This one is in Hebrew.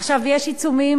עכשיו יש עיצומים,